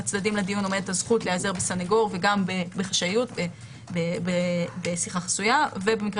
לצדדים לדיון עומדת הזכות להיעזר בסנגור וגם בשיחה חסויה ובמקרה